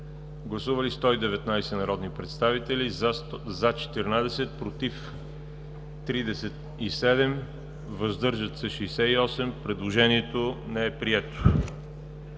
Гласували 128 народни представители: за 118, против 7, въздържали се 3. Предложението е прието.